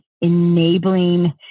enabling